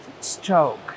stroke